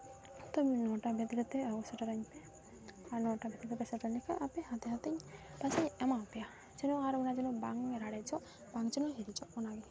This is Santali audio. ᱛᱚ ᱱᱚᱴᱟ ᱵᱷᱤᱛᱨᱤ ᱛᱮ ᱟᱹᱜᱩ ᱥᱮᱴᱮᱨᱟᱹᱧ ᱯᱮ ᱟᱨ ᱱᱚᱴᱟ ᱵᱷᱤᱛᱨᱤ ᱛᱮᱯᱮ ᱥᱮᱴᱮᱨ ᱞᱮᱠᱷᱟᱡ ᱟᱯᱮ ᱦᱟᱛᱮ ᱦᱟᱛᱮᱧ ᱯᱚᱭᱥᱟᱧ ᱮᱢᱟᱯᱮᱭᱟ ᱡᱮᱱᱚ ᱟᱨ ᱚᱱᱟ ᱡᱮᱱᱚ ᱟᱨ ᱵᱟᱝ ᱞᱟᱲᱮᱡᱚᱜ ᱵᱟᱝ ᱡᱮᱱᱚ ᱦᱤᱨᱤᱡᱚᱜ ᱚᱱᱟᱜᱮ